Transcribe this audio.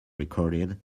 recorded